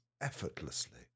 effortlessly